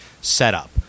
setup